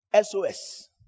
SOS